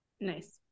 Nice